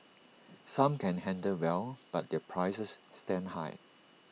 some can handle well but their prices stand high